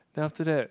then after that